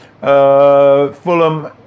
Fulham